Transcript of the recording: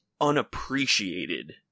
unappreciated